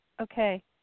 Okay